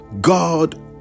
God